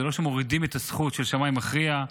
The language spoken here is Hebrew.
זה לא שמורידים את הזכות של שמאי מכריע,